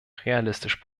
realistisch